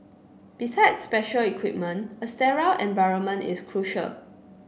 besides special equipment a sterile environment is crucial